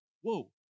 Whoa